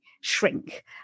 shrink